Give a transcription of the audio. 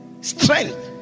strength